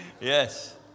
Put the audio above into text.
yes